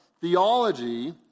theology